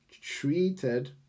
treated